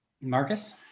Marcus